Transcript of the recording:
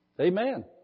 Amen